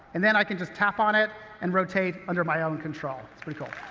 and then i can just tap on it and rotate under my own control. it's pretty cool.